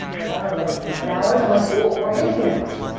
like i don't know, like nine hours? i'm like cool, work eighteen hours.